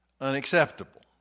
unacceptable